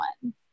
one